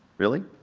really?